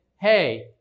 Hey